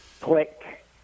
click